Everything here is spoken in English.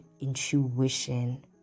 intuition